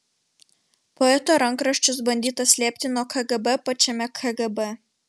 poeto rankraščius bandyta slėpti nuo kgb pačiame kgb